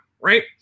right